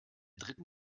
dritten